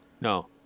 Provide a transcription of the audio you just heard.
No